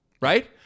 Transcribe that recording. right